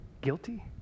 Guilty